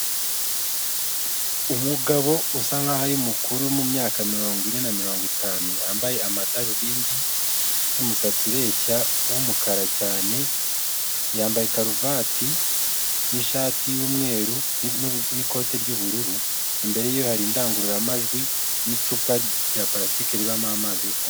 Umugabo usa nkaho ari mukuru mu myaka mirongo ine na mirongo itanu wambaye amadarubindi ufite umusatsi ureshya w'umukara cyane, yambaye karuvati n'ishati y'umweru n'ikote ry'ubururu, imbere ye hari indangururamajwi n'icupa rya palasitike ribamo amazi yo kunywa.